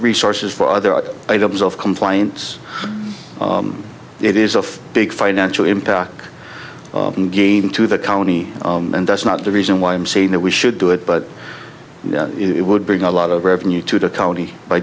resources for other items of compliance it is a big financial impact again to the county and that's not the reason why i'm saying that we should do it but it would bring a lot of revenue to the county by